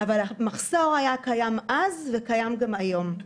אבל המחסור היה קיים אז וקיים גם היום.